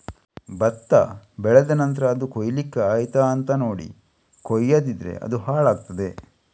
ಭತ್ತ ಬೆಳೆದ ನಂತ್ರ ಅದು ಕೊಯ್ಲಿಕ್ಕೆ ಆಯ್ತಾ ಅಂತ ನೋಡಿ ಕೊಯ್ಯದಿದ್ರೆ ಅದು ಹಾಳಾಗ್ತಾದೆ